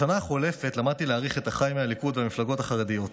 בשנה החולפת למדתי להעריך את אחיי מהליכוד ומהמפלגות החרדיות.